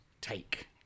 take